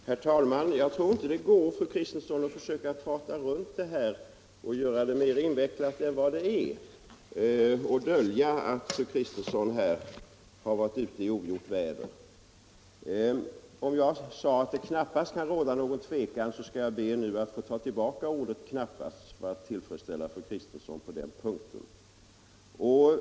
Herr talman! Jag tror inte det går, fru Kristensson, att försöka prata runt det här och göra det mer invecklat än vad det är och dölja att fru Kristensson varit ute i ogjort väder. Om jag sade att det knappast kan råda något tvivel, skall jag be att få ta tillbaka ordet knappast för att tillfredsställa fru Kristensson på den punkten.